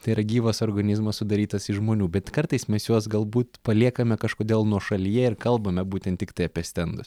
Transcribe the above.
tai yra gyvas organizmas sudarytas iš žmonių bet kartais mes juos galbūt paliekame kažkodėl nuošalyje ir kalbame būtent tiktai apie stendus